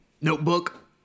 Notebook